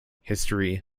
history